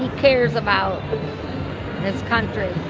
cares about his country.